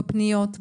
בפניות,